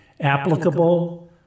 applicable